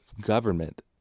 government